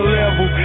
level